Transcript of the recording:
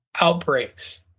outbreaks